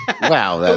Wow